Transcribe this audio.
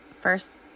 first